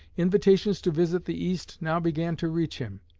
invitations to visit the east now began to reach him.